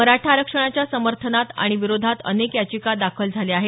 मराठा आरक्षणाच्या समर्थनात तसंच विरोधात अनेक याचिका दाखल झाल्या आहेत